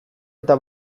eta